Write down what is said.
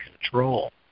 control